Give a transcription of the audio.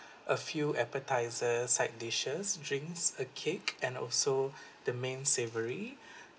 a few appetiser side dishes drinks a cake and also the main savory